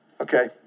Okay